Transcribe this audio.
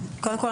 קודם כול,